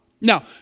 Now